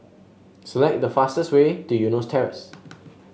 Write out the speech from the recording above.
select the fastest way to Eunos Terrace